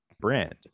brand